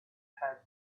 had